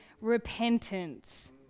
repentance